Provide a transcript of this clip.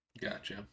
Gotcha